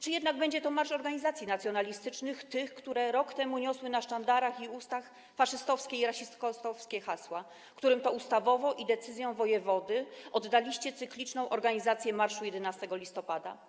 Czy będzie to marsz organizacji nacjonalistycznych, które rok temu niosły na sztandarach i miały na ustach faszystowskie i rasistowskie hasła, którym to ustawowo i decyzją wojewody oddaliście cykliczną organizację marszu 11 listopada?